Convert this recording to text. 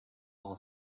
all